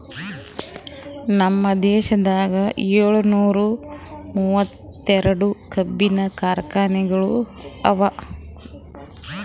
ನಮ್ ದೇಶದಾಗ್ ಏಳನೂರ ಮೂವತ್ತೆರಡು ಕಬ್ಬಿನ ಕಾರ್ಖಾನೆಗೊಳ್ ಅವಾ